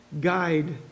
guide